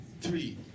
three